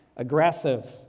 aggressive